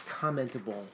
commentable